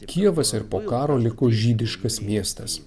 kijevas ir po karo liko žydiškas miestas